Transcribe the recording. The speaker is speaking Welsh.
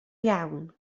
iawn